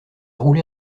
roulé